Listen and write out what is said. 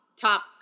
top